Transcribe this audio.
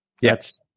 Yes